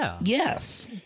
Yes